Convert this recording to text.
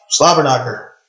Slobberknocker